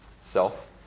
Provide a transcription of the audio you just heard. self